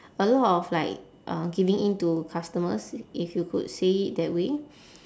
a lot of like uh giving in to customers if you could say it that way